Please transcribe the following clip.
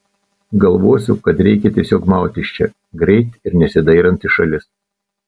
galvosiu kad reikia tiesiog maut iš čia greit ir nesidairant į šalis